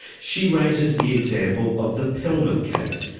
she raises the example of the pelman case,